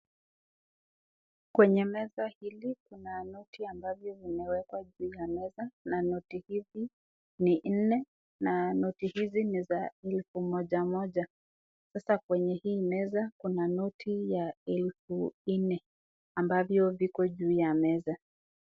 Kwenye meza hili kuna noti ambavyo vimewekwa juu ya meza na noti hizi ni nne na noti hizi ni za elfu moja moja sasa kwenye hii meza kuna noti ya elfu nne ambavyo viko juu ya meza.